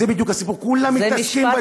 זה בדיוק הסיפור: כולם מתעסקים בדיור,